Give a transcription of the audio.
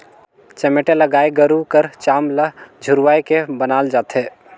चमेटा ल गाय गरू कर चाम ल झुरवाए के बनाल जाथे